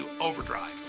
overdrive